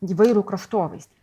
įvairų kraštovaizdį